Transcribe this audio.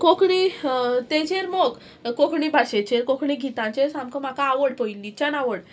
कोंकणी तेजेर मोग कोंकणी भाशेचेर कोंकणी गितांचेर सामको म्हाका आवड पयलींच्यान आवड